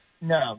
no